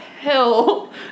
hell